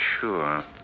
sure